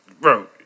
bro